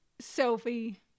Sophie